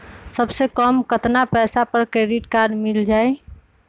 सबसे कम कतना पैसा पर क्रेडिट काड मिल जाई?